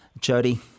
Jody